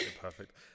perfect